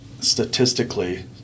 statistically